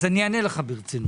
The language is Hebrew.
אז אני אענה לך ברצינות.